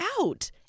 out